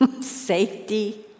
safety